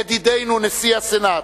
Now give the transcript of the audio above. ידידנו נשיא הסנאט,